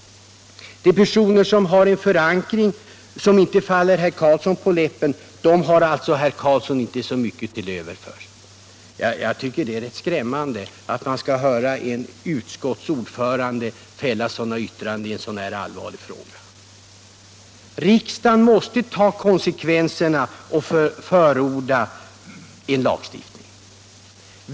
De personer som har en förankring som inte faller herr Karlsson på läppen har alltså herr Karlsson inte så mycket till övers för. Jag tycker det är skrämmande att höra en utskottsordförande fälla ett sådant yttrande i en så här allvarlig fråga. Riksdagen måste ta konsekvenserna och förorda en lagstiftning.